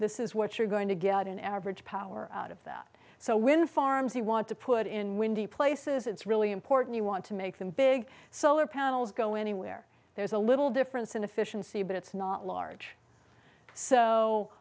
this is what you're going to get an average power out of that so wind farms you want to put in windy places it's really important you want to make them big solar panels go anywhere there's a little difference in efficiency but it's not large so